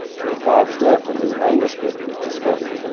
bob's death and his manuscript was discovered?